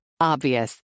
Obvious